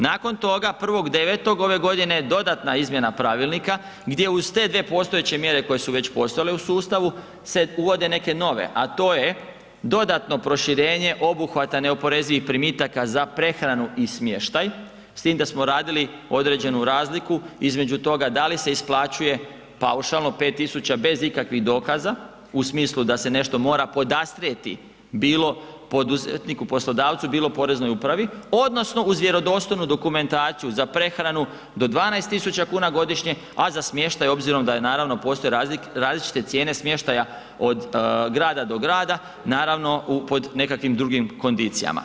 Nakon toga 1.9. ove godine dodatna izmjena pravilnika gdje uz te dvije postojeće mjere koje su već postojale u sustavu se uvode neke nove, a to je dodatno proširenje obuhvata neoporezivih primitaka za prehranu i smještaj, s tim da smo radili određenu razliku između toga da li se isplaćuje paušalno 5.000 bez ikakvih dokaza u smislu da se nešto mora podastrijeti bilo poduzetniku poslodavcu, bilo poreznoj upravi odnosno uz vjerodostojnu dokumentaciju za prehranu do 12.000 kuna godišnje, a za smještaj obzirom da naravno postoje različite cijene smještaja od grada do grada naravno pod nekakvim drugim kondicijama.